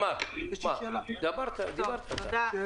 אדוני היושב-ראש, תודה.